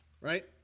right